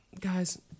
guys